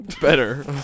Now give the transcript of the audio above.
Better